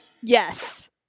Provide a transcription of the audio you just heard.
Yes